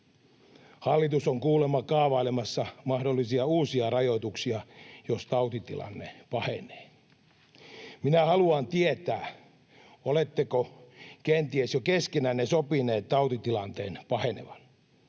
Hallitus on kuulemma kaavailemassa mahdollisia uusia rajoituksia, jos tautitilanne pahenee. Minä haluan tietää, oletteko kenties jo keskenänne sopineet tautitilanteen pahenevan